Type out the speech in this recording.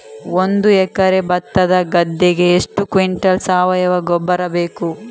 ಒಂದು ಎಕರೆ ಭತ್ತದ ಗದ್ದೆಗೆ ಎಷ್ಟು ಕ್ವಿಂಟಲ್ ಸಾವಯವ ಗೊಬ್ಬರ ಬೇಕು?